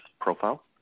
profile